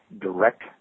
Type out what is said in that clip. direct